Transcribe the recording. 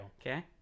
Okay